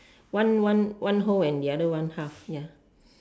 one one one whole and the other one half